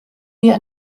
wir